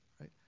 right